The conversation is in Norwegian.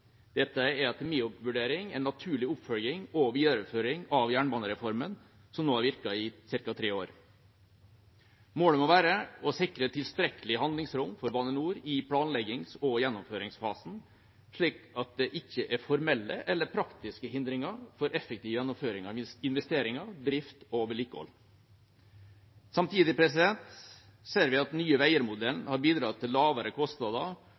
Dette er etter min vurdering en naturlig oppfølging og videreføring av jernbanereformen, som nå har virket i ca. tre år. Målet må være å sikre tilstrekkelig handlingsrom for Bane NOR i planleggings- og gjennomføringsfasen, slik at det ikke er formelle eller praktiske hindringer for effektiv gjennomføring av investeringer, drift og vedlikehold. Samtidig ser vi at Nye Veier-modellen har bidratt til lavere kostnader